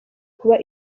kuba